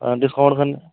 discount